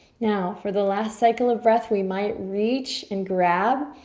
now, for the last cycle of breath, we might reach and grab,